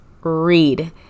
read